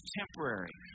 temporary